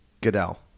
Goodell